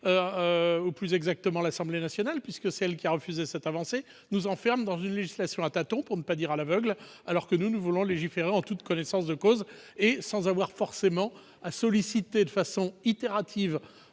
ou, plus exactement, l'Assemblée nationale- puisque c'est elle qui a refusé cette avancée -nous enferme dans une législation à tâtons, pour ne pas dire « à l'aveugle », alors que nous voulons légiférer en toute connaissance de cause et sans avoir forcément à solliciter de façon itérative